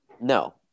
No